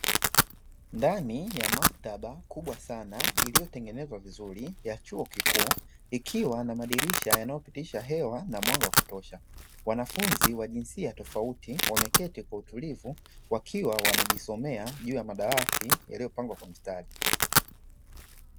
Ndani ya maktaba kubwa sana, iliyotengenezwa vizuri ya chuo kikuu, ikiwa na madirisha yanayopitisha hewa na mwanga wa kutosha. Wanafunzi wa jinsia tofauti wameketi kwa utulivu wakiwa wanajisomea juu ya madawati yaliyopangwa kwa mstari.